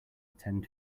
attend